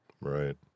Right